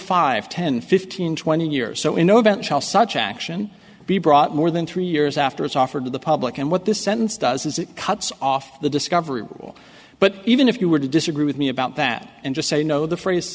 five ten fifteen twenty years so in the event shall such action be brought more than three years after it's offered to the public and what this sentence does is it cuts off the discovery rule but even if you were to disagree with me about that and just say no the phrase